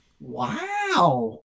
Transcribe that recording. wow